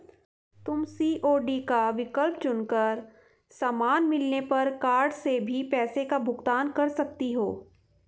तुम सी.ओ.डी का विकल्प चुन कर सामान मिलने पर कार्ड से भी पैसों का भुगतान कर सकती हो